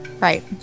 Right